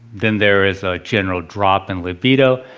then there is a general drop in libido,